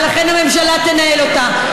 ולכן הממשלה תנהל אותה.